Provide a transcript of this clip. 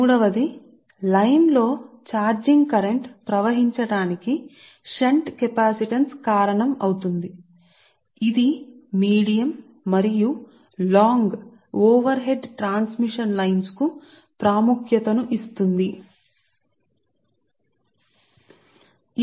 మరియు మూడవ పాయింట్ ఏమిటంటే ట్రాన్స్మిషన్ లైన్ లో చార్జింగ్ కరెంట్ ప్రవహించటానికి షంట్ కెపాసిటెన్స్ కారణమవుతుంది మరియు ఇది మీడియం మరియు long transmission line long over head లైన్లకు ప్రాముఖ్యత ను ఇస్తుంది